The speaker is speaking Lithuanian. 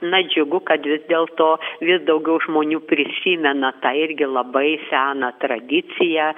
na džiugu kad vis dėl to vis daugiau žmonių prisimena tą irgi labai seną tradiciją